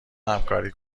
همکاری